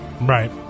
Right